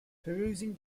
perusing